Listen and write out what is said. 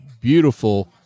beautiful